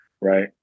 right